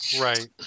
Right